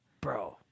Bro